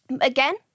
Again